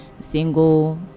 single